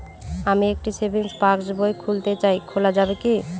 আমি একটি সেভিংস পাসবই খুলতে চাই খোলা যাবে কি?